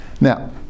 Now